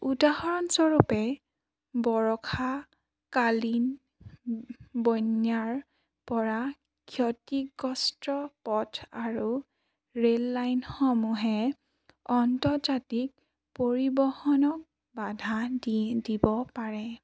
উদাহৰণস্বৰূপে বৰষা কালীন বন্যাৰ পৰা ক্ষতিগ্ৰস্ত পথ আৰু ৰে'ললাইনসমূহে অন্তৰ্জাতিক পৰিবহণক বাধা দি দিব পাৰে